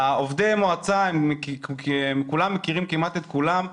עובדי המועצה כולם מכירים כמעט את כולם,